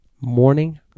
Morning